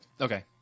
Okay